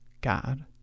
God